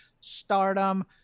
stardom